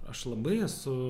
aš labai esu